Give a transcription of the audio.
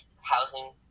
housing